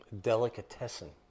delicatessen